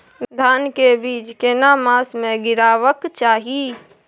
धान के बीज केना मास में गीरावक चाही?